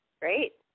Great